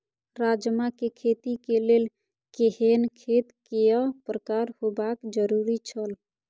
राजमा के खेती के लेल केहेन खेत केय प्रकार होबाक जरुरी छल?